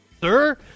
sir